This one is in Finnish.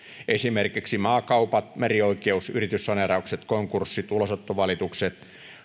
esimerkiksi maakaupat merioikeus yrityssaneeraukset konkurssit ulosottovalitukset